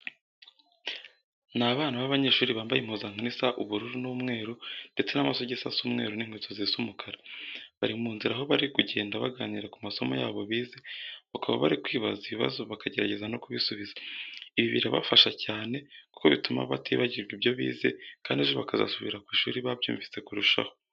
Ni abana b'abanyeshuri bambaye impuzankano isa ubururu n'umweru ndetse n'amasogisi asa umweru n'inkweto zisa umukara. Bari mu nzira aho bari kugenda baganira ku masomo yabo bize, bakaba bari kwibaza ibibazo bakagerageza no kubisubiza. Ibi birabafasha cyane kuko bituma batibagirwa ibyo bize kandi ejo bakazasubira ku ishuri babyumvise kurushaho.